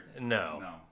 no